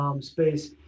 Space